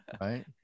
right